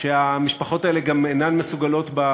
והן פוגשות בכניסה לבית-העלמין סדרה של